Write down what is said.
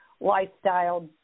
lifestyle